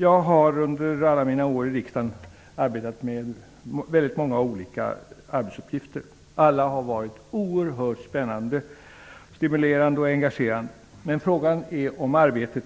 Jag har under alla mina år i riksdagen arbetat med väldigt många olika uppgifter. Alla har varit oerhört spännande, stimulerande och engagerande. Men frågan är om inte